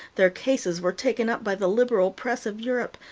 their cases were taken up by the liberal press of europe,